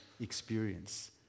experience